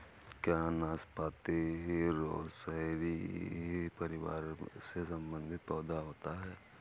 क्या नाशपाती रोसैसी परिवार से संबंधित पौधा होता है?